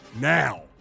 now